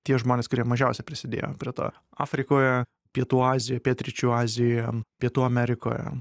tie žmonės kurie mažiausia prisidėjo prie to afrikoje pietų azijoj pietryčių azijoje pietų amerikoje